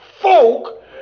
folk